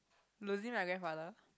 losing my grandfather